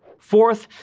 fourth,